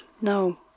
No